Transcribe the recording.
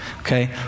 Okay